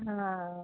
हा